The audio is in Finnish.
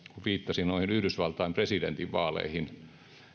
viittasin noihin yhdysvaltain presidentinvaaleihin